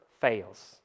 fails